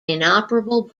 inoperable